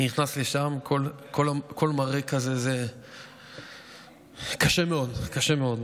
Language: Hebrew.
אני נכנס לשם, כל מראה כזה זה קשה מאוד, קשה מאוד.